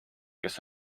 kes